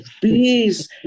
Please